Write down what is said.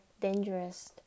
dangerous